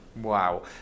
Wow